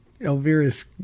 Elvira's